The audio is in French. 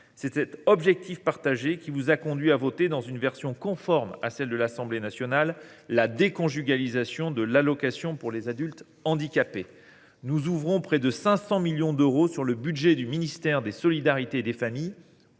C’est cet objectif partagé qui vous a conduits à adopter, dans une version conforme à celle de l’Assemblée nationale, la déconjugalisation de l’allocation aux adultes handicapés AAH. Nous ouvrons près de 500 millions d’euros sur le budget du ministère des solidarités et des familles